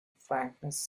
frankness